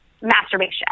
masturbation